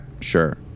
sure